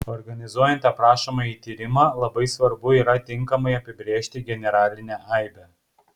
organizuojant aprašomąjį tyrimą labai svarbu yra tinkamai apibrėžti generalinę aibę